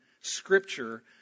Scripture